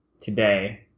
today